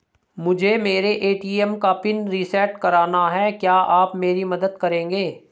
मुझे मेरे ए.टी.एम का पिन रीसेट कराना है क्या आप मेरी मदद करेंगे?